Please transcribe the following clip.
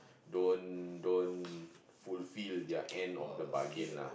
don't don't fulfil their end of the bargain lah